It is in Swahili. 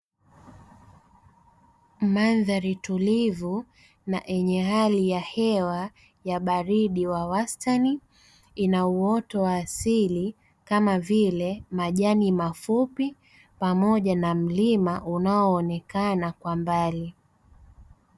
Mandhari tulivu na yenye hali ya hewa ya baridi wa wastani ina uoto wa asili kama vile majani mafupi pamoja na mlima unaonekana kwa mbali.